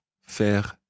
faire